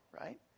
right